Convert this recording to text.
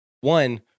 One